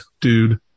dude